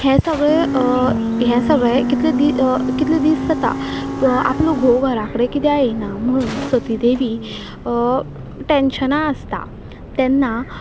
हें सगळें हें सगळें कितले कितले दीस जाता आपलो घोव घरा कडेन कितें येना म्हणून सती टेंशनांत आसता तेन्ना